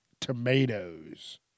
tomatoes